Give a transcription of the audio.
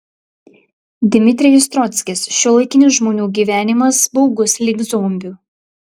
dmitrijus trockis šiuolaikinis žmonių gyvenimas baugus lyg zombių